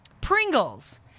Pringles